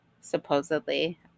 supposedly